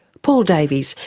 paul davies,